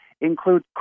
Include